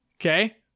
Okay